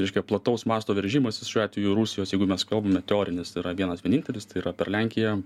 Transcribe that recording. reiškia plataus masto veržimasis šiuo atveju rusijos jeigu mes kalbame teorinis tai yra vienas vienintelis tai yra per lenkiją